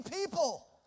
people